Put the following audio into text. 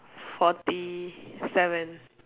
forty seven